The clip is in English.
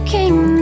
came